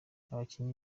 abakinnyi